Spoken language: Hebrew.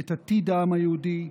את עתיד העם היהודי,